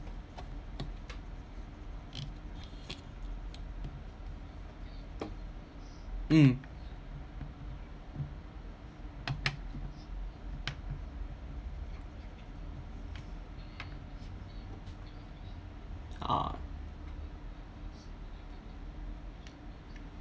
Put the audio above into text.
mm ah